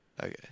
Okay